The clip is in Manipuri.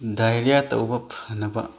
ꯗꯥꯏꯔꯤꯌꯥ ꯇꯧꯕ ꯐꯅꯕ